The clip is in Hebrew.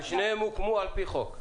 ושניהם הוקמו על פי חוק.